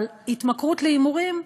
אבל התמכרות להימורים,